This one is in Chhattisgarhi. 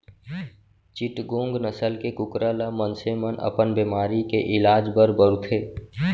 चिटगोंग नसल के कुकरा ल मनसे मन अपन बेमारी के इलाज बर बउरथे